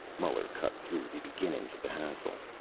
muller cut through the beginnings of the hassle.